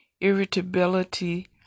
irritability